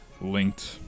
linked